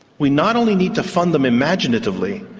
we not only need to fund them imaginatively,